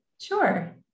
Sure